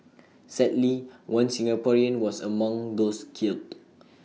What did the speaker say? sadly one Singaporean was among those killed